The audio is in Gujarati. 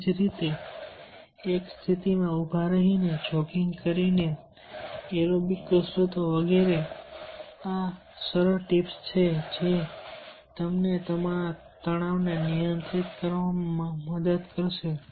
તેવી જ રીતે એક સ્થિતિમાં ઊભા રહીને જોગિંગ કરીને એરોબિક કસરતો વગેરે આ સરળ ટીપ્સ છે જે તમને તમારા તણાવને નિયંત્રિત કરવામાં મદદ કરશે